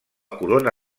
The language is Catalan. corona